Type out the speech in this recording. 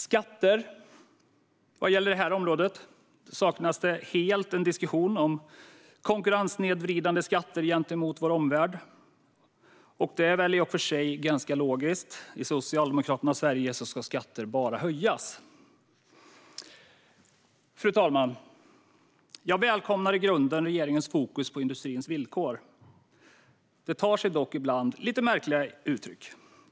Skatter: Vad gäller detta område saknas helt diskussioner om konkurrenssnedvridande skatter gentemot vår omvärld, vilket i och för sig är ganska logiskt. I Socialdemokraternas Sverige ska ju skatter bara höjas. Fru talman! Jag välkomnar i grunden regeringens fokus på industrins villkor. Det tar sig dock ibland lite märkliga uttryck.